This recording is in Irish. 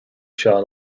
seán